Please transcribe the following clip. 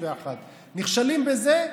נכשלים בזה,